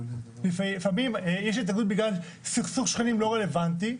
לפעמים יש התנגדות בגלל סכסוך שכנים לא רלוונטי.